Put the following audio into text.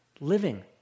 living